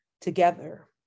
together